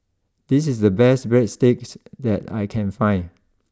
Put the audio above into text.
this is the best Breadsticks that I can find